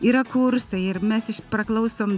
yra kursai ir mes iš praklausom